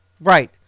Right